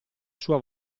sua